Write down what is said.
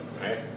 right